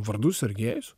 vardu sergiejus